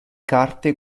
carte